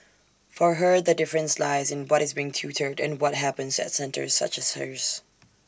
for her the difference lies in what is being tutored and what happens at centres such as hers